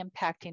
impacting